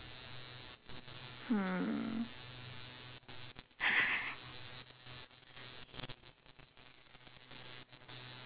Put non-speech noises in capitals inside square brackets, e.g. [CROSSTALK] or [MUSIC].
hmm [LAUGHS]